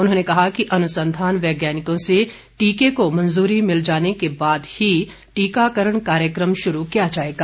उन्होंने कहा कि अनुसंधान वैज्ञानिकों से टीके को मंजूरी मिल जाने के बाद ही टीकाकरण कार्यक्रम शुरू किया जाएगा